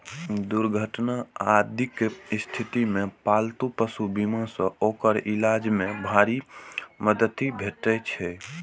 दुर्घटना आदिक स्थिति मे पालतू पशु बीमा सं ओकर इलाज मे भारी मदति भेटै छै